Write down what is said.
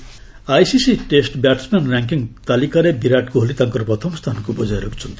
ICC rankings ICC test batsman ranking ତାଲିକାରେ ବିରାଟ କୋହଲି ତାଙ୍କର ପ୍ରଥମ ସ୍ଥାନକୁ ବଜାୟ ରଖିଛନ୍ତି